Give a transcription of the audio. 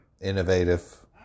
innovative